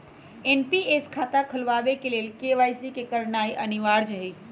NPS खता खोलबाबे के लेल के.वाई.सी करनाइ अनिवार्ज हइ